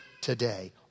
today